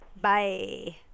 Bye